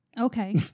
Okay